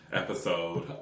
episode